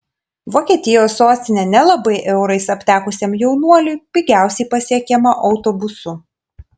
vokietijos sostinė nelabai eurais aptekusiam jaunuoliui pigiausiai pasiekiama autobusu